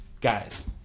guys